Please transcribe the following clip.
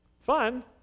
Fun